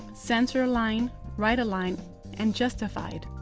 center-align, right-align and justified.